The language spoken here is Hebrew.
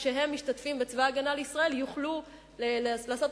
כשהם משרתים בצבא-הגנה לישראל יוכלו לעשות